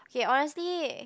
okay honestly